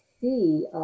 see